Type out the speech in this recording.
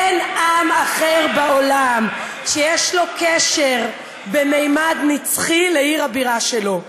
אין עם אחר בעולם שיש לו קשר בממד נצחי לעיר הבירה שלו.